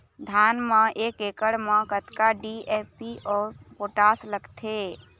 धान म एक एकड़ म कतका डी.ए.पी अऊ पोटास लगथे?